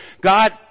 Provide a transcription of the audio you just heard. God